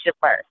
first